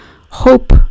hope